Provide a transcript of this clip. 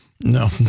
No